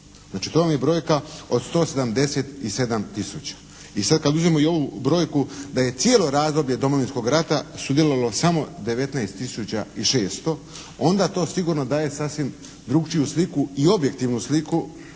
Znači, to vam je brojka od 177 000. I sad kad uzmemo i ovu brojku da je cijelo razdoblje Domovinskog rata sudjelovalo samo 19600, onda to sigurno daje sasvim drukčiju sliku i objektivnu sliku